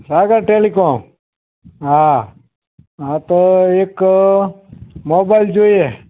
સાગર Telecom હા હા તો એક મોબાઇલ જોઇએ